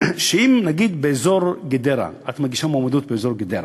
שאם נגיד את מגישה מועמדות באזור גדרה,